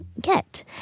get